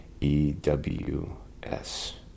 E-W-S